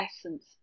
essence